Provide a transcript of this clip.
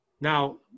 Now